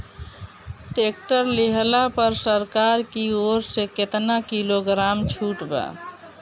Tractor लिहला पर सरकार की ओर से केतना किलोग्राम छूट बा?